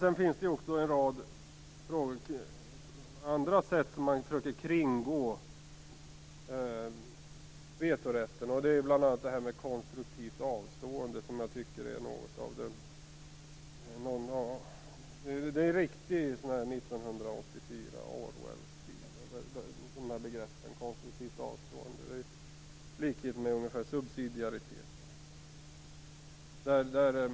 Det finns också en rad andra sätt som man försöker kringgå vetorätten på. Det är bl.a. begreppet konstruktivt avstående, som jag tycker är riktig Orwellstil som i 1984. Samma sak gäller subsidiariteten.